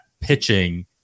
pitching